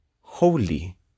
holy